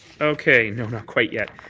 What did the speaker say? okay. not quite yet.